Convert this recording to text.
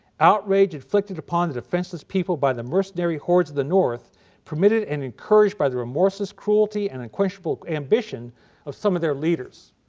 outrage inflicted upon the defenseless people by the mercenary hordes of the north permitted and encouraged by the remorseless cruelty and questionable um omission of some of their leaders.